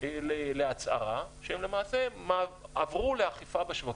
להצהרה שהם למעשה עברו לאכיפה בשווקים.